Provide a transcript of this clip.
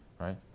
right